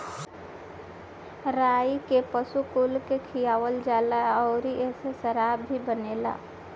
राई के पशु कुल के खियावल जाला अउरी एसे शराब भी बनेला